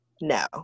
no